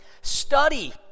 Study